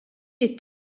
est